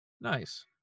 nice